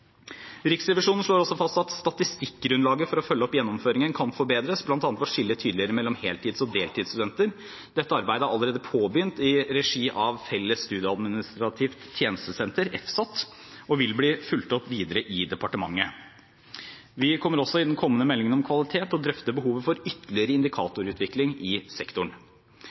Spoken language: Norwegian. Riksrevisjonen slår også fast at statistikkgrunnlaget for å følge opp gjennomføringen kan forbedres, bl.a. ved å skille tydeligere mellom heltids- og deltidsstudenter. Dette arbeidet er allerede påbegynt i regi av Felles studieadministrativt tjenestesenter – FSAT – og vil bli fulgt opp videre i departementet. Vi kommer også til i den kommende meldingen om kvalitet å drøfte behovet for ytterligere indikatorutvikling i sektoren.